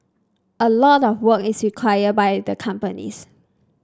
a lot of work is required by the companies